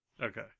Okay